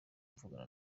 mvugana